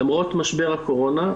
למרות משבר הקורונה.